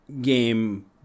game